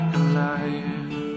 alive